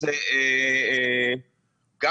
זה גם